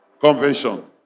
Convention